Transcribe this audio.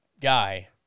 guy